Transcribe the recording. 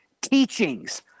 teachings